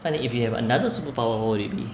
fine then if you have another superpower what will it be